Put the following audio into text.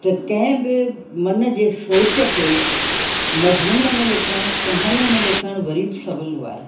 त कंहिं बि मन जे सोच खे मज़मून में लिखणु कहाणीअ में लिखणु वरी बि सवलो आहे